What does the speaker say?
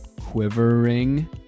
quivering